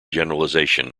generalization